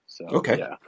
Okay